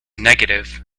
negative